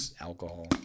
alcohol